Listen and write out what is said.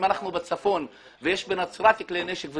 אם אנחנו בצפון ויש בנצרת כלי נשק,